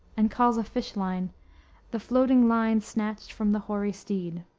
and calls a fish-line the floating line snatched from the hoary steed.